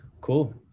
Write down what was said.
Cool